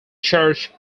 church